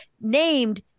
named